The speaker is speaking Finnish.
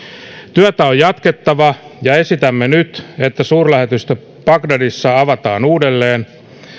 työtä on jatkettava ja esitämme nyt että suurlähetystö bagdadissa avataan uudelleen